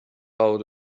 out